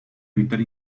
evitar